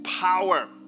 power